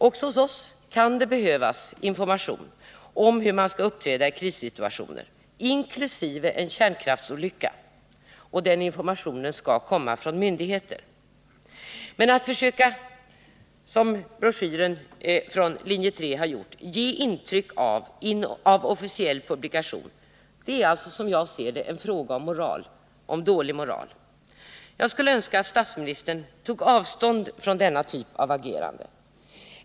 Också hos oss kan det behövas information om hur man skall uppträda i krissituationer, inkl. en kärnkraftsolycka, och den informationen skall komma från myndigheter. Men att försöka — som man i broschyren från linje 3 har gjort — ge intryck av officiell publikation är alltså, som jag ser det, en fråga om moral, om dålig moral. Jag skulle önska att statsministern tog avstånd från detta agerande.